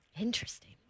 Interesting